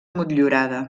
motllurada